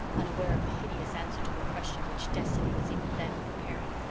unaware of the hideous answer to her question which destiny was even then preparing.